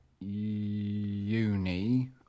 uni